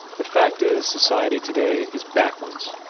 the fact is, society today is backwards,